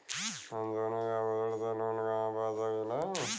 हम सोने के आभूषण से लोन कहा पा सकीला?